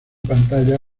pantalla